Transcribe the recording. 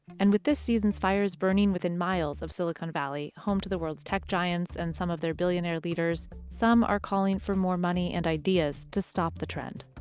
and with this season's fires burning within miles of silicon valley, home to the world's tech giants and some of their billionaire leaders, some are calling for more money and ideas to stop the trend.